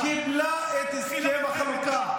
קיבל את הסכם החלוקה.